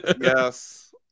yes